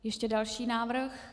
Je ještě další návrh?